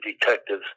detectives